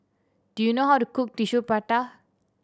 do you know how to cook Tissue Prata